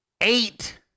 Eight